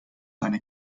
eine